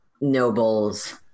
nobles